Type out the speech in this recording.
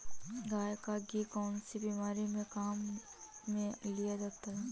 गाय का घी कौनसी बीमारी में काम में लिया जाता है?